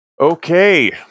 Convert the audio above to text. Okay